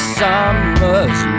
summer's